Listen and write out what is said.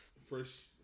Fresh